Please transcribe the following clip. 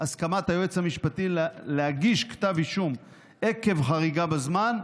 הסכמת היועץ המשפטי להגיש כתב אישום עקב חריגה בזמן,